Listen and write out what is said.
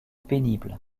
pénible